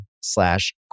slash